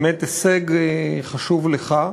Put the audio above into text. באמת, הישג חשוב לך,